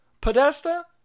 Podesta